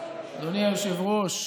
אדוני היושב-ראש,